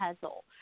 puzzle